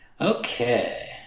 Okay